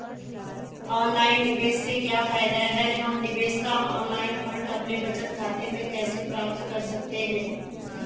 Online निवेश से क्या फायदा है हम निवेश का ऑनलाइन फंड अपने बचत खाते में कैसे प्राप्त कर सकते हैं?